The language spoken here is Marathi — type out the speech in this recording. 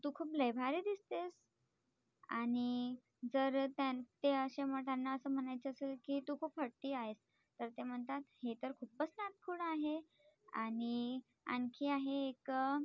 तू खूप लय भारी दिसतेस आणि जर त्यां ते असे म त्यांना असं म्हणायचं असेल की तू खूप हट्टी आहे तर ते म्हणतात हे तर खूपच नादखुळं आहे आणि आणखी आहे एक